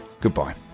goodbye